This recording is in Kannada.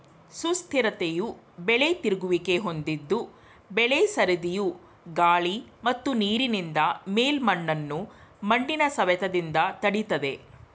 ಸುಸ್ಥಿರತೆಯು ಬೆಳೆ ತಿರುಗುವಿಕೆ ಹೊಂದಿದ್ದು ಬೆಳೆ ಸರದಿಯು ಗಾಳಿ ಮತ್ತು ನೀರಿನಿಂದ ಮೇಲ್ಮಣ್ಣನ್ನು ಮಣ್ಣಿನ ಸವೆತದಿಂದ ತಡಿತದೆ